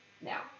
now